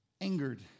angered